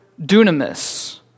dunamis